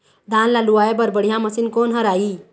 धान ला लुआय बर बढ़िया मशीन कोन हर आइ?